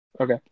Okay